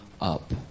up